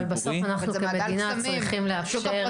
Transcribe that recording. אבל בסוף אנחנו כמדינה צריכים לאפשר